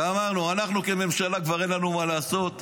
גמרנו, אנחנו כממשלה כבר אין לנו מה לעשות.